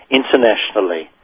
internationally